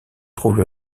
trouve